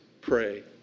Pray